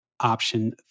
option